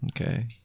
Okay